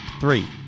Three